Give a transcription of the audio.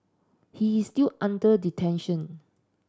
he is still under detention